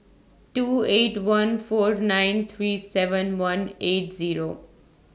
two eight one four nine three seven one eight Zero